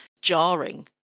jarring